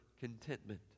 contentment